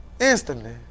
instantly